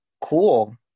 Cool